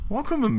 Welcome